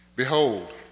Behold